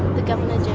the governor